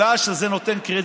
לנו.